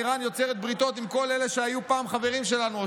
איראן יוצרת בריתות עם כל אלה שהיו פעם חברים שלנו,